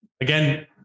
Again